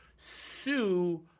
sue